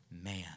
man